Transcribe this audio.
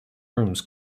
rooms